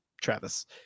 Travis